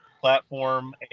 platform